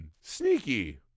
sneaky